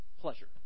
pleasure